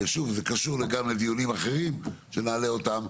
שוב זה קשור גם לדיונים אחרים שנעלה אותם,